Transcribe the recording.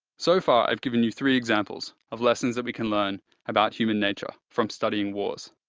so far, i've given you three examples of lessons we can learn about human nature from studying wars,